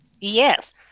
yes